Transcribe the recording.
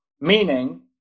Meaning